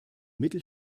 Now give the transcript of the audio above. mittel